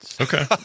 Okay